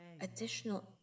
additional